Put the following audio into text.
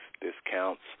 discounts